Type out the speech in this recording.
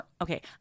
okay